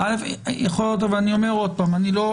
זה כלי